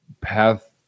path